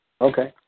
Okay